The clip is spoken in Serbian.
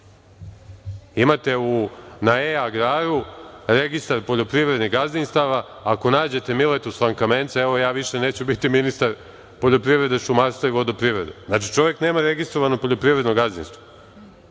na e-agraru registar poljopriverdnih gazdinstava, ako nađete Miletu Slankamenca, evo ja više neću biti ministar poljoprivrede, šumarstva i vodoprivrede. Znači, čovek nema registrovano poljoprivredno gazdinstvo,